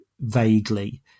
vaguely